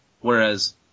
Whereas